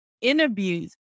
interviews